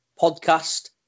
podcast